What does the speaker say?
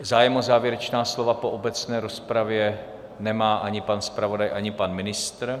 Zájem o závěrečná slova po obecné rozpravě nemá ani pan zpravodaj, ani pan ministr.